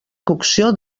cocció